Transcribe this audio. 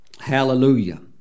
Hallelujah